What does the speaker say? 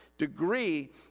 Degree